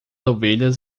ovelhas